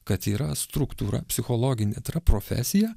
kad yra struktūra psichologinė tai yra profesija